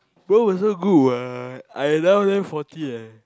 both also good [what] I now then forty eh